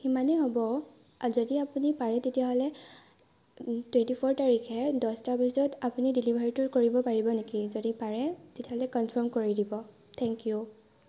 সিমানে হ'ব যদি আপুনি পাৰে তেতিয়াহ'লে টুৱেণ্টি ফ'ৰ তাৰিখে দছটা বজাত আপুনি ডেলিভৰীটো কৰিব পাৰিব নেকি যদি পাৰে তেতিয়াহ'লে কনফাৰ্ম কৰি দিব থ্যেংক ইউ